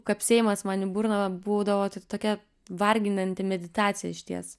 kapsėjimas man į burną būdavo tokia varginanti meditacija išties